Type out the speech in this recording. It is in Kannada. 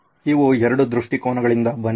ಇವು ಎರಡು ದೃಷ್ಟಿಕೋನಗಳಿಂದ ಬಂದಿದೆ